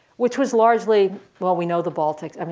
which was largely, well we know the baltics. um